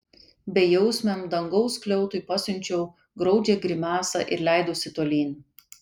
bejausmiam dangaus skliautui pasiunčiau graudžią grimasą ir leidausi tolyn